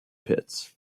pits